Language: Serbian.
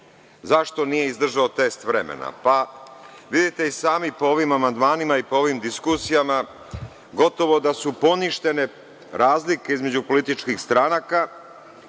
Zašto nije izdržao test vremena? Vidite i sami po ovim amandmanima i po ovim diskusijama, gotovo da su poništene razlike između političkih stranaka,